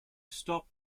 stop